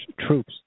troops